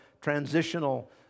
transitional